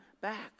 back